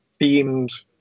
themed